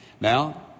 Now